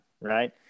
right